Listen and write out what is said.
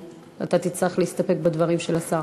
ותצטרך להסתפק בדברים של השר.